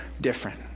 different